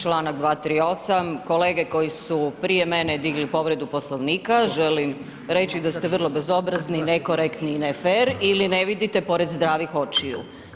Članak 238. kolege koji su prije mene digli povredu Poslovnika želim reći da ste vrlo bezobrazni, nekorektni i ne fer ili ne vidite pored zdravih očiju.